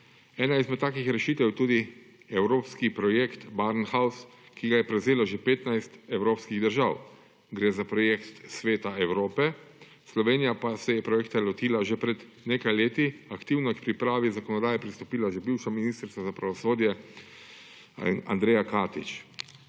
Ena izmed takih rešitev je tudi evropski projekt Barnhouse, ki ga je prevzelo že 15 evropskih držav. Gre za projekt Sveta Evrope, Slovenija pa se je projekta lotila že pred nekaj leti. Aktivno je k pripravi zakonodaje pristopila že bivša ministrica za pravosodje Andreja Katič.